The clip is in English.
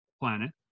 planet